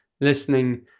listening